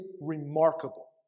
remarkable